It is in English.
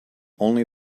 only